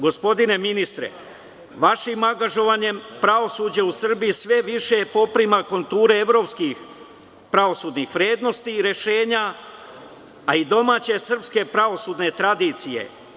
Gospodine ministre, vašim angažovanjem pravosuđe u Srbiji sve više poprima konture evropskih pravosudnih vrednosti i rešenja, a i domaće srpske pravosudne tradicije.